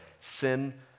sin